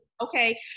Okay